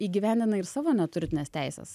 įgyvendina ir savo neturtines teises